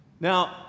Now